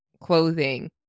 clothing